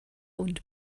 und